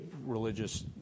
religious